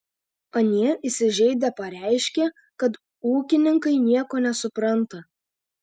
anie įsižeidę pareiškė kad ūkininkai nieko nesupranta